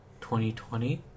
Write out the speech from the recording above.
2020